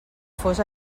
fos